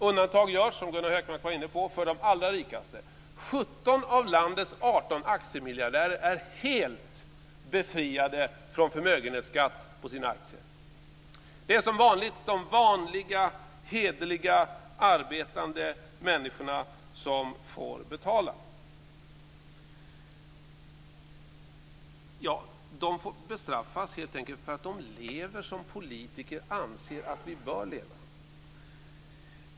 Undantag görs, som Gunnar Hökmark var inne på, för de allra rikaste. 17 av landets 18 aktiemiljardärer är helt befriade från förmögenhetsskatt på sina aktier. Det är som vanligt de vanliga, hederliga, arbetande människorna som får betala. De bestraffas helt enkelt för att de lever som politiker anser att man bör leva.